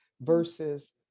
versus